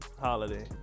holiday